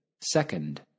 Second